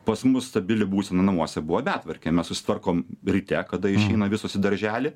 pas mus stabili būsena namuose buvo betvarkė mes susitvarkom ryte kada išeina visos į darželį